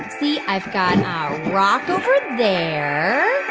see, i've got rock over there